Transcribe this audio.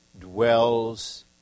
dwells